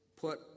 put